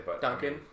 Duncan